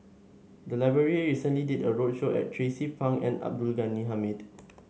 the library recently did a roadshow at Tracie Pang and Abdul Ghani Hamid